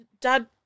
Dad